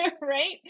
Right